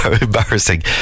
embarrassing